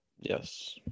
Yes